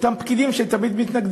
אותם פקידים, שהם תמיד מתנגדים.